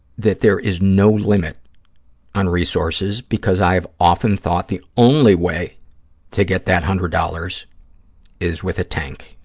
that there is no limit on resources because i have often thought the only way to get that one hundred dollars is with a tank.